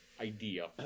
idea